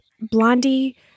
Blondie